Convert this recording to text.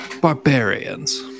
barbarians